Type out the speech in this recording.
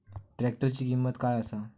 ट्रॅक्टराची किंमत काय आसा?